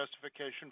justification